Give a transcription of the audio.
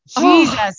Jesus